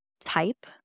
type